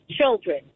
children